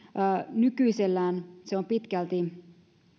nykyisellään se tapahtuu myöskin pitkälti